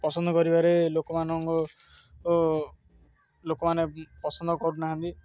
ପସନ୍ଦ କରିବାରେ ଲୋକମାନଙ୍କ ଲୋକମାନେ ପସନ୍ଦ କରୁନାହାନ୍ତି